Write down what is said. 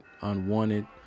unwanted